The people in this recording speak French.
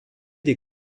des